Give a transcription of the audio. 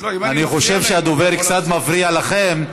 אני חושב שהדובר קצת מפריע לכם,